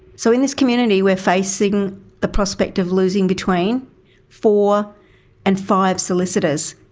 so in this community we're facing the prospect of losing between four and five solicitors.